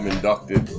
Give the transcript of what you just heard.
inducted